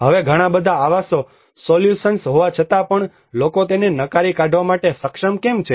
હવે ઘણા બધા આવાસો સોલ્યુશન્સ હોવા છતાં પણ લોકો તેને નકારી કાઢવા માટે સક્ષમ કેમ છે